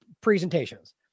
presentations